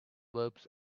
verbs